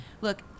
look